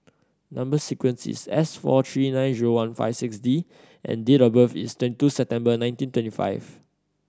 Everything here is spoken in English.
number sequence is S four three nine zero one five six D and date of birth is twenty two September nineteen twenty five